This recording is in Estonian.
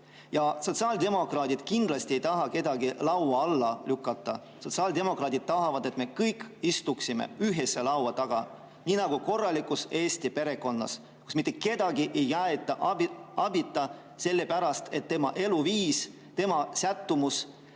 Sotsiaaldemokraadid ei taha kindlasti kedagi laua alla lükata. Sotsiaaldemokraadid tahavad, et me kõik istuksime ühise laua taga, nii nagu korralikus Eesti perekonnas, kus mitte kedagi ei jäeta abita sellepärast, et tema eluviis, tema sättumus,